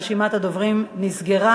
רשימת הדוברים נסגרה,